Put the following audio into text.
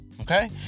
Okay